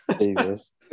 Jesus